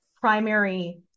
primary